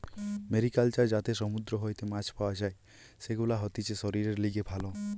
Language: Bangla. মেরিকালচার যাতে সমুদ্র হইতে মাছ পাওয়া যাই, সেগুলা হতিছে শরীরের লিগে ভালো